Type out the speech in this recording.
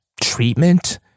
treatment